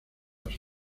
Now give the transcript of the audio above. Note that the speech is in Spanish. las